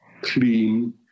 clean